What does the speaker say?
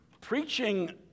preaching